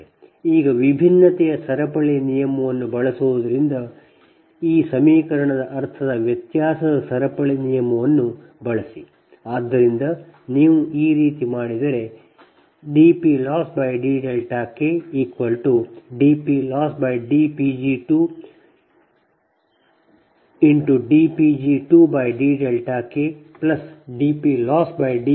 ಈಗ ವಿಭಿನ್ನತೆಯ ಸರಪಳಿ ನಿಯಮವನ್ನು ಬಳಸುವುದರಿಂದ ಈಗ ಈ ಸಮೀಕರಣದ ಅರ್ಥದ ವ್ಯತ್ಯಾಸದ ಸರಪಳಿ ನಿಯಮವನ್ನು ಬಳಸಿ